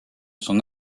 son